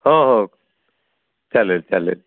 ह हो चालेल चालेल